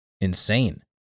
Insane